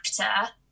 actor